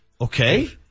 Okay